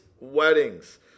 weddings